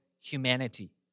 humanity